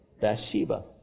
Bathsheba